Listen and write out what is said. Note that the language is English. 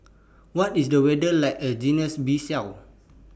What IS The weather like A Guinea's Bissau